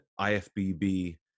IFBB